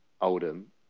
Oldham